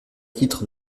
titre